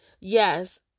Yes